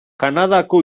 kanadako